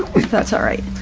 if that's all right.